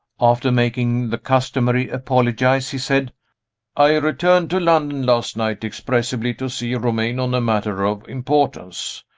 after making the customary apologies, he said i returned to london last night, expressly to see romayne on a matter of importance.